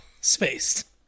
Spaced